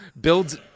builds